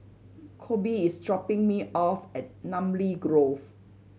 Coby is dropping me off at Namly Grove